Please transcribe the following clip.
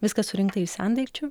viskas surinkta iš sendaikčių